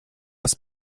das